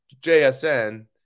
JSN